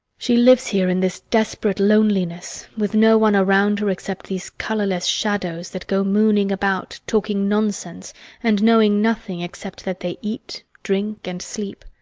she lives here in this desperate loneliness with no one around her except these colourless shadows that go mooning about talking nonsense and knowing nothing except that they eat, drink, and sleep.